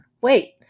Wait